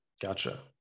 Gotcha